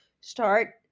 start